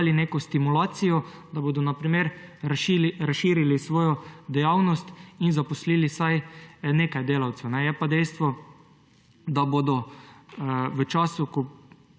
da bodo na primer razširili svojo dejavnost in zaposlili vsaj nekaj delavcev? Je pa dejstvo, da se bo v času, ko